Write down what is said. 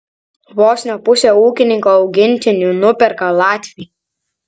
vos ne pusę ūkininko augintinių nuperka latviai